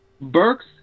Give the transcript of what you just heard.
Burks